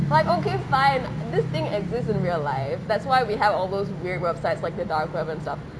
but okay fine this thing exists in real life that's why we have all those weird websites like the dark web and stuff